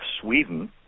Sweden